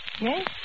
Yes